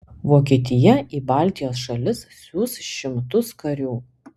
vokietija į baltijos šalis siųs šimtus karių